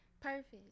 perfect